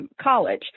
college